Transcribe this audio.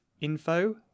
info